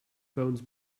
bones